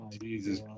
Jesus